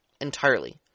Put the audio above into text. entirely